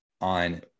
on